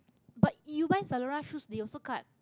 but you buy zalora shoes they also cut